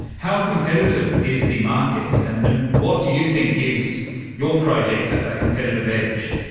how competitive is the market, and and what do you think gives your project a competitive edge?